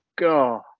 God